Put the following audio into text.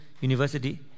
University